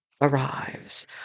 Arrives